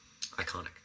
Iconic